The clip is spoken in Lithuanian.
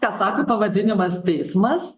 ką sako pavadinimas teismas